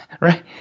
Right